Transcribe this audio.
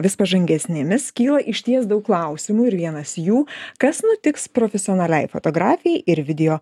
vis pažangesnėmis kyla išties daug klausimų ir vienas jų kas nutiks profesionaliai fotografijai ir video